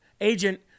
agent